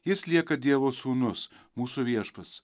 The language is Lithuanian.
jis lieka dievo sūnus mūsų viešpats